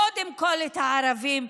קודם כול את הערבים,